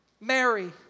Mary